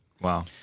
Wow